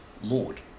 Lord